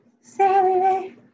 Saturday